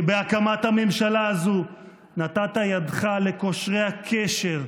שבהקמת הממשלה הזו נתת ידך לקושרי הקשר.